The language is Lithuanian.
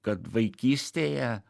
kad vaikystėje